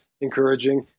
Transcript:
encouraging